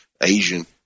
Asian